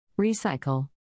Recycle